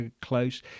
close